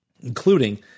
including